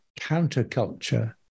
counterculture